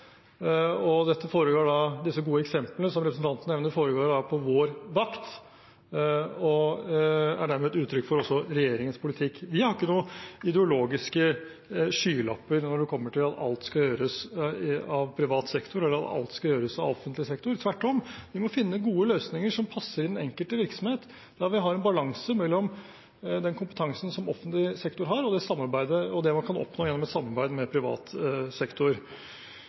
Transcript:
gode eksemplene som representanten nevner, foregår på vår vakt og er dermed et uttrykk for regjeringens politikk. Vi har ikke noen ideologiske skylapper med hensyn til at alt skal gjøres av privat sektor, eller at alt skal gjøres av offentlig sektor. Tvert om må vi finne gode løsninger som passer den enkelte virksomhet, der vi har en balanse mellom den kompetansen offentlig sektor har, og det man kan oppnå gjennom et samarbeid med privat sektor.